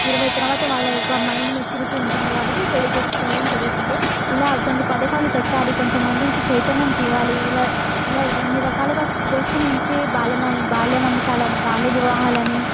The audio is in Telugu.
ఇరవై తరువాత వాళ్ళ యొక్క మైండ్ మెచ్యురిటీ ఉంటుంది కాబట్టి పెళ్ళి చేసుకోవడం జరుగుతుంది ఇలా కొన్ని పథకాలు పెట్టాలి కొంత మందికి చైతన్యం తేవాలి ఇలా ఇలా ఇన్ని రకాలుగా ప్రోత్సహించి బాల్యం బాల్య నమ్మకాలను బాల్య వివాహాలని